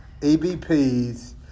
EBPs